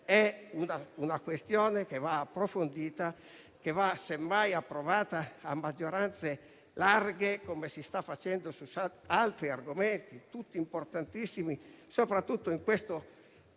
è una questione che va approfondita e, semmai, approvata a maggioranze larghe, come si sta facendo su altri argomenti, tutti importantissimi, soprattutto in questo momento